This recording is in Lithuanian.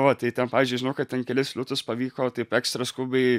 va tai ten pavyzdžiui žinau kad ten kelis liūtus pavyko taip ekstra skubiai